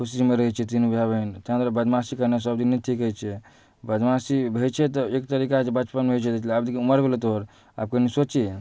खुशीमे रहैत छै तीनो भाए बहिन ताहि दुआरे बदमाशी केनाइ सबदिन नहि ठीक रहैत छै बदमाशी होइत छै तऽ एक तरीकासँ बचपनमे होइ छलैआ आब देखी उमर भेलहुँ तोहर आब कनी सोचही